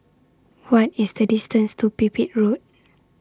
What IS The distance to Pipit Road